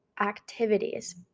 activities